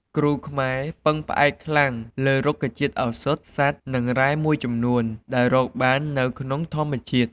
គ្រូខ្មែរពឹងផ្អែកយ៉ាងខ្លាំងលើរុក្ខជាតិឱសថ សត្វ និងរ៉ែមួយចំនួនដែលរកបាននៅក្នុងធម្មជាតិ។